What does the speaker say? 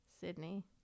Sydney